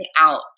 out